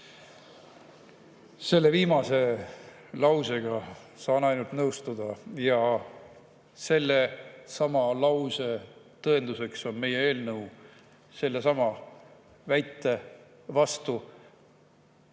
Selle viimase lausega saan ainult nõustuda. Ja sellesama lause tõenduseks on meie eelnõu. Sellesama väite vastu